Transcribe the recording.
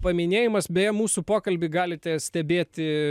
paminėjimas beje mūsų pokalbį galite stebėti